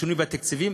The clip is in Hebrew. לשינוי בתקציבים,